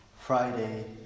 Friday